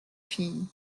filles